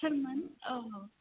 सोरमोन औ